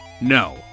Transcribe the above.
No